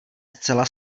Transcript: zcela